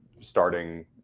starting